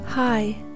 Hi